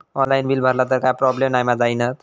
Online bill भरला तर काय प्रोब्लेम नाय मा जाईनत?